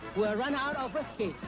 we are run out of whiskey.